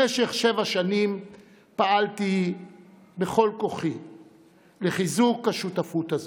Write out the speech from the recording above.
במשך שבע שנים פעלתי בכל כוחי לחיזוק השותפות הזאת,